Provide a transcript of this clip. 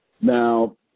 Now